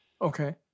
Okay